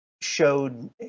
showed